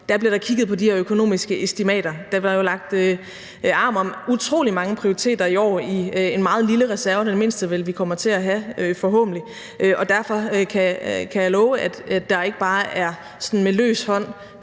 om, blev der kigget på de her økonomiske estimater. Der blev jo lagt arm om utrolig mange prioriteter i år i den meget lille reserve – forhåbentlig den mindste, vi kommer til at have – og derfor kan jeg love, at der ikke bare sådan med løs hånd